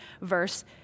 verse